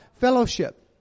fellowship